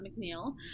McNeil